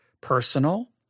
Personal